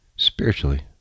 Spiritually